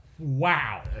Wow